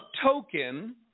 token